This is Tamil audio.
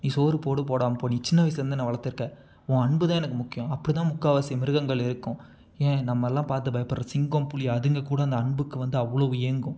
நீ சோறு போடு போடாமல் போ நீ சின்ன வயசிலேருந்து என்ன வளர்த்துருக்க உன் அன்பு தான் எனக்கு முக்கியம் அப்படிதான் முக்கால்வாசி மிருகங்கள் இருக்கும் ஏன் நம்மெல்லாம் பார்த்து பயப்பட்ற சிங்கம் புலி அதுங்க கூட அந்த அன்புக்கு வந்து அவ்வளோவு ஏங்கும்